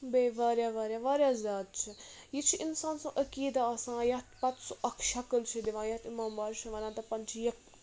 بیٚیہِ واریاہ واریاہ واریاہ زیادٕ چھِ یہِ چھِ اِنسان سُنٛد عقیٖدٕ آسان یَتھ پَتہٕ سُہ اَکھ شکٕل چھِ دِوان یَتھ اِمعب چھِ وَنان تَپَن چھِ یہِ